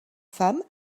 femme